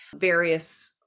various